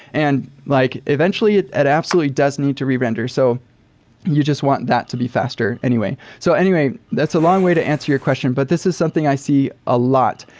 and like eventually, it absolutely does need to re-render. so you just want that to be faster anyway. so anyway, that's a long way to answer your question, but this is something i see a lot,